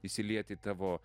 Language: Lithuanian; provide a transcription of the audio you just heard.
įsiliet į tavo